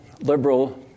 liberal